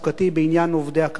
בעניין עובדי הקבלן,